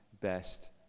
best